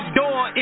door